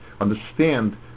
understand